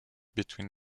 between